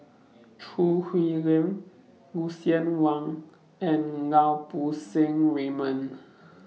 Choo Hwee Lim Lucien Wang and Lau Poo Seng Raymond